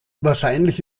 wahrscheinlich